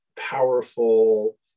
powerful